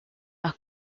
are